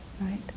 right